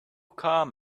calm